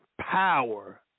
power